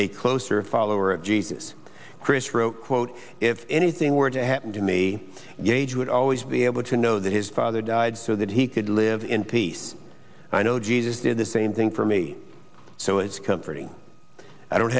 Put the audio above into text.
a closer a follower of jesus chris wrote quote if anything were to happen to me gage would always be able to know that his father died so that he could live in peace and i know jesus did the same thing for me so it's comforting i don't